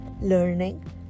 learning